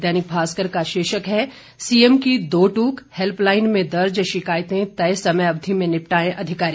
दैनिक भास्कर का शीर्षक है सीएम की दोट्क हैल्पलाइन में दर्ज शिकायतें तय समय अवधि में निपटाएं अधिकारी